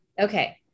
Okay